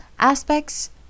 Aspects